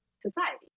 society